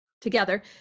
together